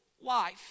life